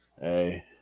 Hey